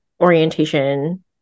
orientation